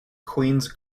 queens